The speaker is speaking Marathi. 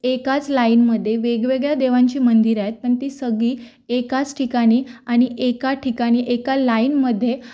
एकाच लाईनमध्ये वेगवेगळ्या देवांची मंदिरं आहेत पण ती सगळी एकाच ठिकाणी आणि एका ठिकाणी एका लाईनमध्ये